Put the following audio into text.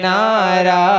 Nara